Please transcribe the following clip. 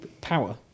power